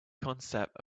concept